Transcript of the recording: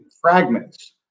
fragments